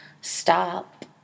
stop